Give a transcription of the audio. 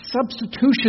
substitution